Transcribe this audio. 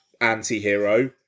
anti-hero